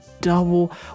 double